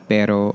Pero